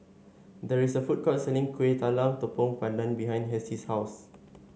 there is a food court selling Kueh Talam Tepong Pandan behind Hessie's house